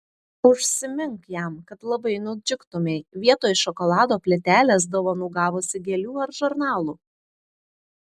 užsimink jam kad labai nudžiugtumei vietoj šokolado plytelės dovanų gavusi gėlių ar žurnalų